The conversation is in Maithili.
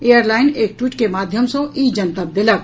एयरलाइन एक ट्वीट के माध्यम सँ ई जनतब देलक